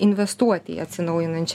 investuoti į atsinaujinančią